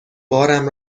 بارم